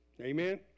amen